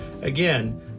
Again